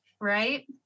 right